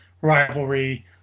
rivalry